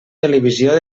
televisió